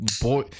boy